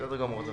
בסדר גמור.